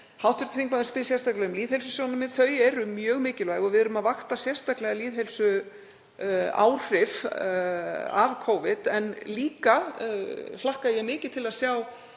öllu. Hv. þingmaður spyr sérstaklega um lýðheilsusjónarmið. Þau eru mjög mikilvæg og við erum að vakta sérstaklega lýðheilsuáhrif af Covid en ég hlakka líka mikið til að sjá